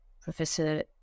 Professor